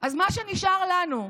אז מה שנשאר לנו,